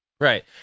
Right